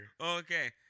Okay